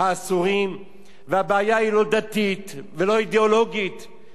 והבעיה היא לא דתית ולא אידיאולוגית, היא מוסרית,